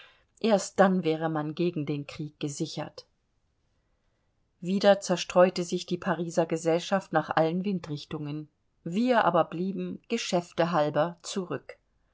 erst dann wäre man gegen krieg gesichert wieder zerstreute sich die pariser gesellschaft nach allen windrichtungen wir aber blieben geschäfte halber zurück